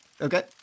Okay